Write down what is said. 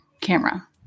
camera